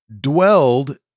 dwelled